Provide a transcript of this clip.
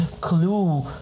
clue